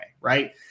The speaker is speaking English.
right